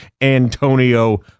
Antonio